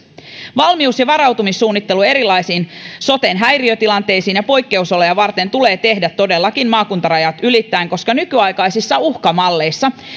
valmius ja varautumissuunnittelu erilaisia soten häiriötilanteita ja poikkeusoloja varten tulee todellakin tehdä maakuntarajat ylittäen koska nykyaikaisissa uhkamalleissa